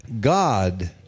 God